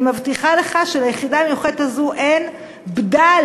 אני מבטיחה לך שליחידה המיוחדת הזו אין בדל